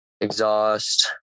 exhaust